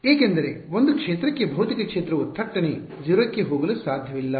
ಏಕೆಂದರೆ ಒಂದು ಕ್ಷೇತ್ರಕ್ಕೆ ಭೌತಿಕ ಕ್ಷೇತ್ರವು ಥಟ್ಟನೆ 0 ಕ್ಕೆ ಹೋಗಲು ಸಾಧ್ಯವಿಲ್ಲ